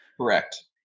Correct